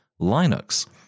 Linux